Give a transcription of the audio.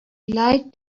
lied